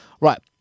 Right